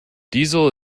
diesel